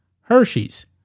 Hershey's